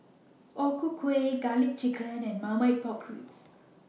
O Ku Kueh Garlic Chicken and Marmite Pork Ribs